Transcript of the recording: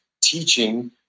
teaching